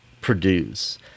produce